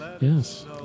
yes